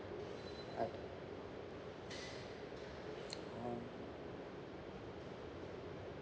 uh um